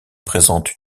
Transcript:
présente